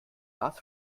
maß